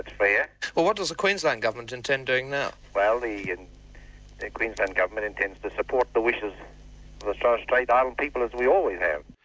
but yeah well what does the queensland government intend doing now? well the and the queensland government intends to support the wishes of the torres strait island people as we always have.